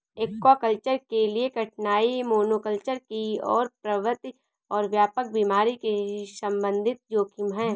aquaculture के लिए कठिनाई मोनोकल्चर की ओर प्रवृत्ति और व्यापक बीमारी के संबंधित जोखिम है